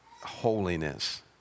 Holiness